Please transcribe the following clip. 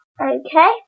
Okay